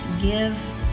give